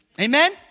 Amen